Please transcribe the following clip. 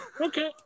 Okay